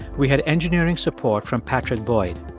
we had engineering support from patrick boyd.